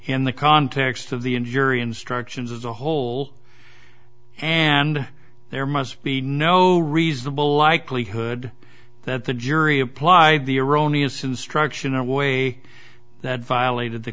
in the context of the in jury instructions as a whole and there must be no reasonable likelihood that the jury apply the erroneous instruction in a way that violated the